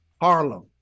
Harlem